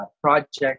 project